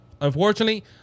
unfortunately